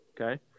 Okay